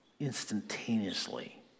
instantaneously